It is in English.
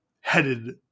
headed